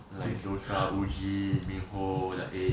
like joshua woozi mingho like eh